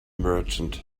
merchant